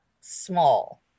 small